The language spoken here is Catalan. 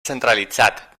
centralitzat